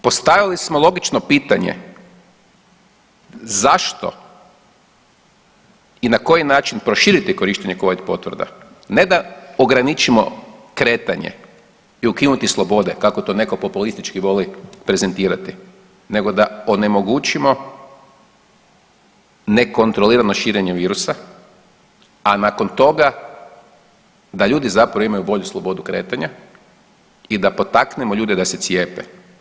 Postavili smo logično pitanje zašto i na koji način proširiti korištenje covid potvrda, ne da ograničimo kretanje i ukinuti slobode kako to neko populistički voli prezentirati nego da onemogućimo nekontrolirano širenje virusa, a nakon toga da ljudi zapravo imaju bolju slobodu kretanja i da potaknemo ljude da se cijepe.